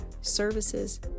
services